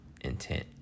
intent